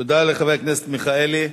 תודה לחבר הכנסת מיכאלי.